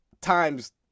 times